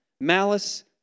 malice